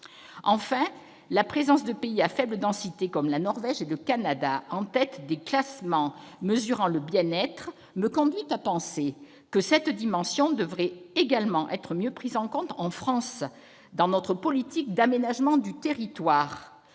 Enfin, la présence de pays à faible densité de population comme la Norvège et le Canada en tête des classements mesurant le bien-être me conduit à penser que cette dimension devrait également être mieux prise en compte en France, dans le cadre de notre politique d'aménagement du territoire.